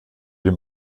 dem